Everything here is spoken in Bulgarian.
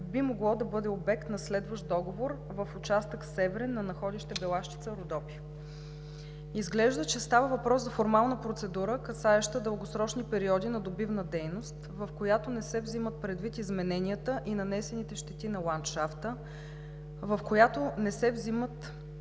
би могло да бъде обект на следващ договор в участък „Северен“ на находище „Белащица – Родопи“. Изглежда че става въпрос за формална процедура, касаеща дългосрочни периоди на добивна дейност, в която не се взимат предвид измененията и нанесените щети на ландшафта, инфраструктурното